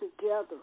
together